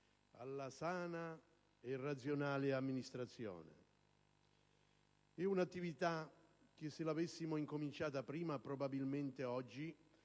alla sana e razionale amministrazione. È un'attività che, se l'avessimo intrapresa prima, probabilmente oggi